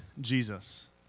Jesus